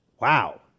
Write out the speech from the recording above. wow